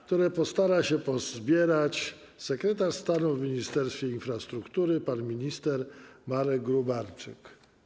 które postara się pozbierać sekretarz stanu w Ministerstwie Infrastruktury pan minister Marek Gróbarczyk.